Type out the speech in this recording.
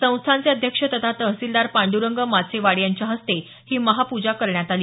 संस्थानचे अध्यक्ष तथा तहसीलदार पांडरंग माचेवाड यांच्या हस्ते ही महाप्जा करण्यात आली